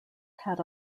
had